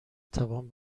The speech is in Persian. توان